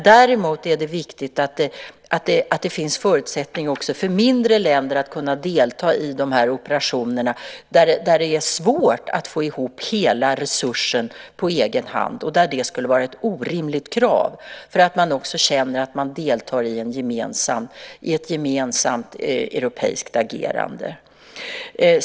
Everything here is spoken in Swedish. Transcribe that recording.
Däremot är det viktigt att det finns en förutsättning också för mindre länder att kunna delta i de här operationerna där det är svårt att få ihop hela resursen på egen hand - och där detta skulle vara ett orimligt krav - så att man också känner att man deltar i ett europeiskt agerande.